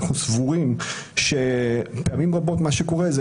אנחנו סבורים שפעמים רבות מה שקורה זה,